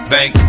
Bank